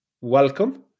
welcome